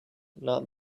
not